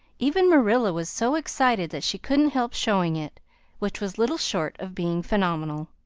even marilla was so excited that she couldn't help showing it which was little short of being phenomenal.